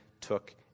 took